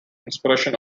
inspiration